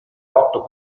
otto